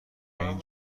این